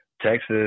Texas